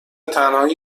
تنهایی